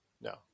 no